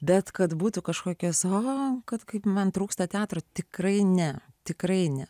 bet kad būtų kažkokios o kad kai man trūksta teatro tikrai ne tikrai ne